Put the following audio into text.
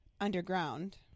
underground